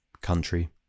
Country